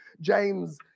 James